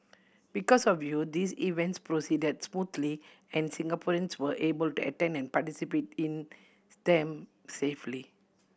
because of you these events proceeded smoothly and Singaporeans were able to attend and participate in them safely